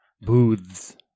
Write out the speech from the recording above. Booths